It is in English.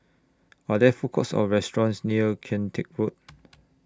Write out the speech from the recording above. Are There Food Courts Or restaurants near Kian Teck Road